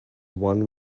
won